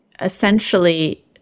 essentially